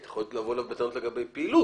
יכול להיות שאפשר לבוא אליו בטענות לגבי פעילות,